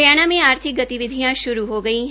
हरियाणा में आर्थिक गतिविधियां श्रू हो गई है